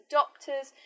doctors